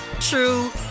true